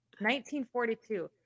1942